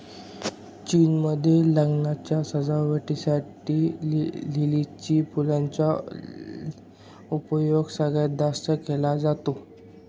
चीन मध्ये लग्नाच्या सजावटी साठी लिलीच्या फुलांचा उपयोग सगळ्यात जास्त केला जातो